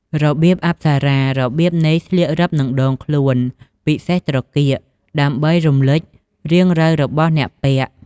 របៀបអប្សរា របៀបនេះស្លៀករឹបនឹងដងខ្លួន ពិសេសត្រគាក ដើម្បីរំលេចរាងរៅរបស់អ្នកពាក់។